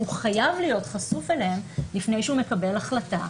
הוא חייב להיות חשוף אליהן לפני שהוא מקבל החלטה,